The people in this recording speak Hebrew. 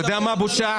אתה יודע מה הבושה?